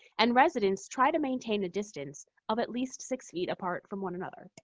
and residents try to maintain a distance of at least six feet apart from one another.